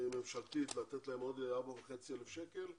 ממשלתית לתת להם עוד 4,500 שקל,